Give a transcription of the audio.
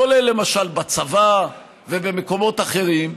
כולל למשל בצבא ובמקומות אחרים,